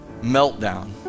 meltdown